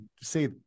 say